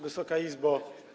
Wysoka Izbo!